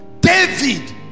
David